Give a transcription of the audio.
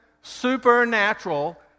supernatural